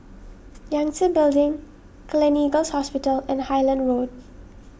Yangtze Building Gleneagles Hospital and Highland Road